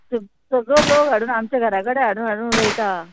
स सगळो लोक हाडून आमच्या घरा कडेन हाडून हाडून उडयता